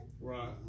Right